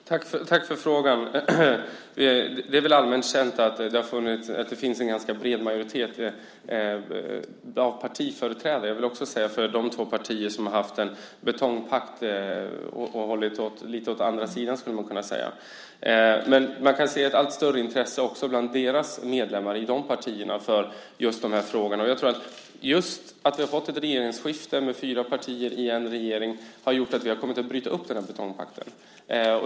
Fru talman! Tack för frågan. Det är väl allmänt känt att det finns en ganska bred majoritet av partiföreträdare också i de partier som har haft en betongpakt och hållit sig lite åt andra sidan, skulle man kunna säga. Man kan också se ett allt större intresse bland medlemmarna i de partierna just för dessa frågor. Just att vi har fått ett regeringsskifte med fyra partier i en regering har gjort att vi har kommit att bryta upp betongpakten.